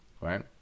Right